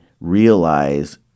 realize